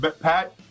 Pat